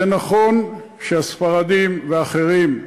נכון שהספרדים, ואחרים,